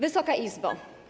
Wysoka Izbo!